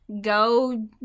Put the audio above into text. Go